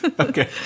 Okay